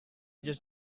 just